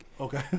Okay